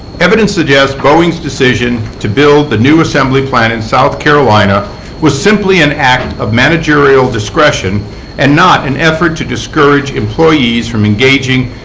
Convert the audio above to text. evidence suggests boeing's decision to build the new assembly plant in south carolina was simply an act of managerial discretion and not an effort to discourage employees from engaging